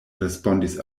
respondis